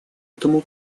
этому